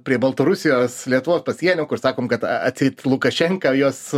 prie baltarusijos lietuvos pasienio kur sakom kad atseit lukašenka juos